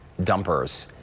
dumpers.